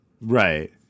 Right